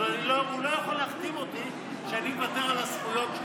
אבל הוא לא יכול להחתים אותי שאני מוותר על הזכויות שלי.